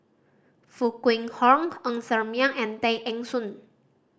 Foo Kwee Horng Ng Ser Miang and Tay Eng Soon